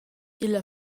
illa